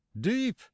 deep